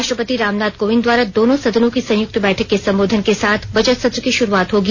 राष्ट्रपति रामनाथ कोविंद द्वारा दोनों सदनों की संयुक्त बैठक के सम्बोधन के साथ बजट सत्र की शुरूआत होगी